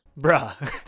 bruh